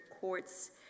courts